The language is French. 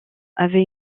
avait